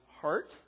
heart